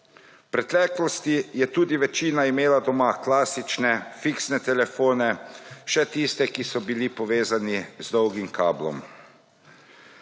V preteklosti je tudi večina imela doma klasične fiksne telefone, še tiste, ki so bili povezani z dolgim kablom.